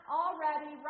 already